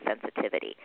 sensitivity